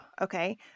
okay